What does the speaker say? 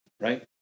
right